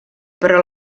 però